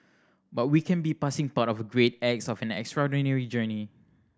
but we can be passing part of the great acts of an extraordinary journey